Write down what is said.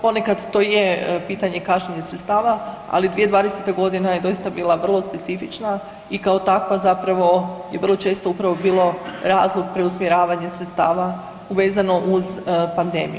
Ponekad to je pitanje kašnjenje sredstava, ali 2020. godina je doista bila vrlo specifična i kao takva zapravo je vrlo često upravo bilo razlog preusmjeravanje sredstava vezano uz pandemiju.